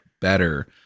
better